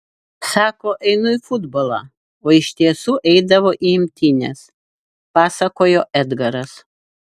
sako einu į futbolą o iš tiesų eidavo į imtynes pasakojo edgaras